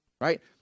right